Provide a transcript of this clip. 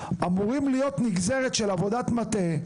אמורים להיות נגזרת של עבודת מטה,